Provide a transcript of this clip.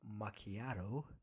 macchiato